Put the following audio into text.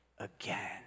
Again